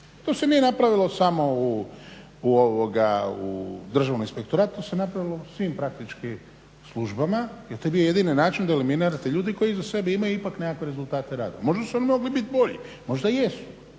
To se nije napravilo samo u državnom inspektoratu, to se napravilo u svim praktički službama jer to je bio jedini način da eliminirate ljude koji iza sebe imaju ipak nekakve rezultate rada. Možda su mogli biti bolji, možda jesu